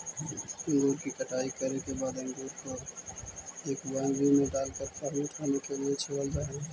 अंगूर की कटाई करे के बाद अंगूर को एक वायनरी में डालकर फर्मेंट होने के लिए छोड़ल जा हई